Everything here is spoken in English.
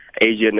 Asian